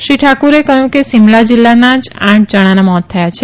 શ્રી ઠાકુરે કહ્યું કે સિમલા જીલ્લાના જ આઠ જણાંના મોત થયાં છે